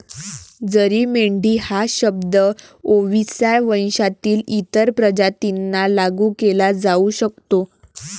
जरी मेंढी हा शब्द ओविसा वंशातील इतर प्रजातींना लागू केला जाऊ शकतो